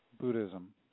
Buddhism